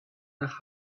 nach